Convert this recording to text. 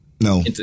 No